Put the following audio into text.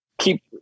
keep